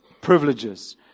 privileges